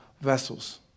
vessels